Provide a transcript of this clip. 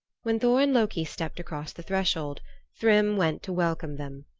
when thor and loki stepped across the threshold thrym went to welcome them.